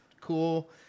cool